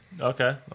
Okay